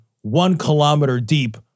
one-kilometer-deep